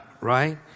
Right